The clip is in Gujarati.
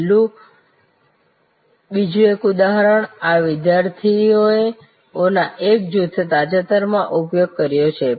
છેલ્લા બીજું એક નાનું ઉદાહરણ આ વિદ્યાર્થીઓના એક જૂથનો તાજેતરમાં ઉપયોગ કરે છે